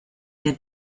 der